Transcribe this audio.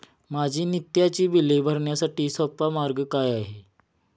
माझी नित्याची बिले भरण्यासाठी सोपा मार्ग काय आहे?